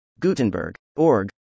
Gutenberg.org